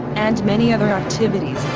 and many other activities,